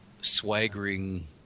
swaggering